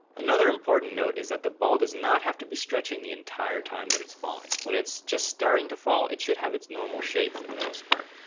another important note is that the ball does not have to be stretching the entire time that it's falling. when it's just starting to fall, it should have its normal shape for the most part,